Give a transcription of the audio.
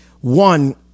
One